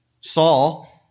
Saul